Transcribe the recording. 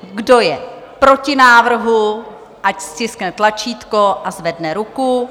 Kdo je proti návrhu, ať stiskne tlačítko a zvedne ruku.